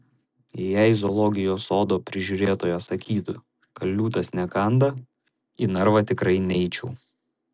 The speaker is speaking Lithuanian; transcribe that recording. jei zoologijos sodo prižiūrėtojas sakytų kad liūtas nekanda į narvą tikrai neičiau